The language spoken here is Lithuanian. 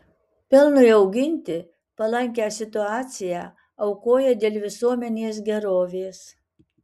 pelnui auginti palankią situaciją aukoja dėl visuomenės gerovės